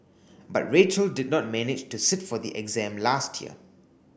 but Rachel did not manage to sit for the exam last year